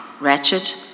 wretched